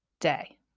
day